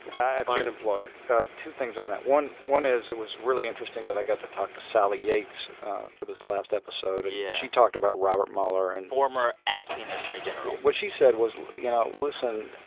fine employer two things on that. one one is it was really interesting that i got to talk to sally yates for this last episode yeah she talked about robert mueller. and. former acting attorney general. what she said was you know, listen,